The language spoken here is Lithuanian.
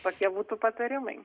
tokie būtų patarimai